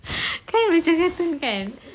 kan macam cartoon kan